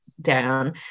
down